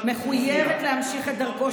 לא ניתן לכם לדרדר את המדינה אחורה